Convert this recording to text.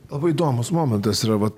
labai įdomus momentas yra vat